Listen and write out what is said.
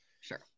Sure